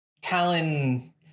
Talon